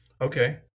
Okay